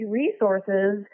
resources